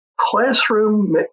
classroom